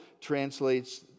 translates